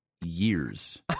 years